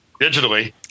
digitally